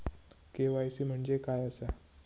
KYC म्हणजे काय आसा?